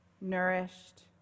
nourished